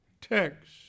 text